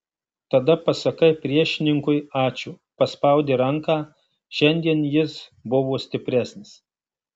tada pasakai priešininkui ačiū paspaudi ranką šiandien jis buvo stipresnis